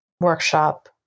workshop